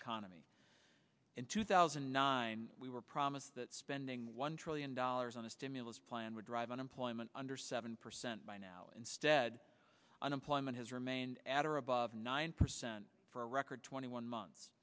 economy in two thousand and nine we were promised that spending one trillion dollars on a stimulus plan would drive unemployment under seven percent by now instead unemployment has remained at or above nine percent for a record twenty one months